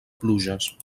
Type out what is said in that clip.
pluges